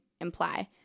imply